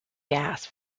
gas